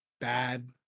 bad